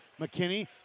McKinney